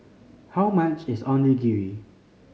how much is Onigiri